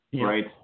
Right